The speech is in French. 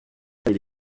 aller